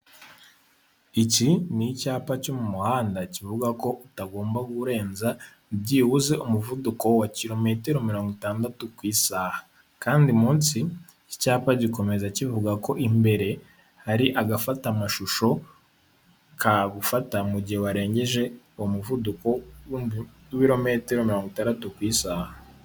Iki ni icyapa cyo mu muhanda kivuga ko utagomba kurenza byibuze umuvuduko wa kilometero mirongo itandatu ku isaha, kandi munsi cyapa gikomeza kivuga ko imbere hari agafata amashusho, kagufata mu gihe warengeje uwo muvuduko w'ibirometero mirongo itandatu ku isaha.